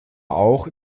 auch